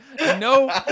no